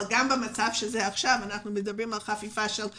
אבל גם במצב העכשווי אנחנו מדברים על חפיפה של כ-98%.